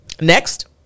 Next